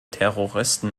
terroristen